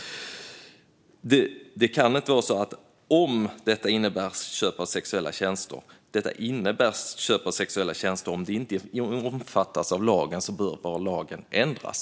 Det kan inte vara en fråga om detta innebär köp av sexuella tjänster - detta innebär köp av sexuella tjänster. Om det inte omfattas av lagen bör lagen ändras.